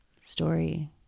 story